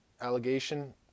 allegation